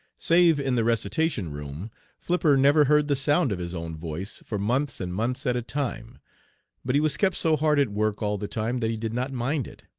save in the recitation room flipper never heard the sound of his own voice for months and months at a time but he was kept so hard at work all the time that he did not mind it.